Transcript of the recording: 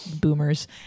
boomers